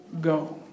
go